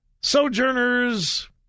Sojourners